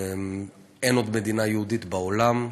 אין עוד מדינה יהודית בעולם.